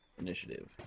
initiative